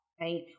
right